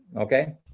Okay